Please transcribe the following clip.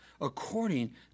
according